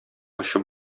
ачы